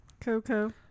Coco